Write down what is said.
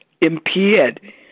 impaired